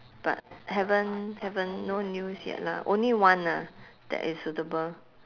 but haven't haven't no news yet lah only one ah that is suitable